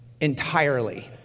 entirely